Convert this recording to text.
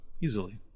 easily